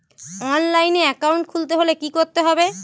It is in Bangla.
অনলাইনে একাউন্ট খুলতে হলে কি করতে হবে?